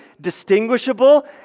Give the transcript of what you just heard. distinguishable